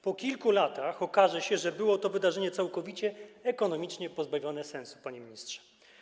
Po kilku latach okaże się, że było to wydarzenie całkowicie ekonomicznie pozbawione sensu, panie ministrze.